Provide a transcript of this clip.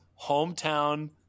hometown